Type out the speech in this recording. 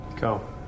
Go